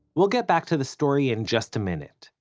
we'll get back to the story in just a minute,